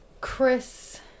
Chris